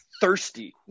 thirsty